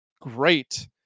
great